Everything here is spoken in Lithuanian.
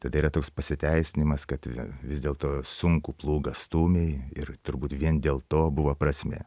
tada yra toks pasiteisinimas kad vis dėl to sunkų plūgą stūmiai ir turbūt vien dėl to buvo prasmė